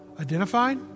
identified